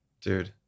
Dude